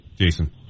Jason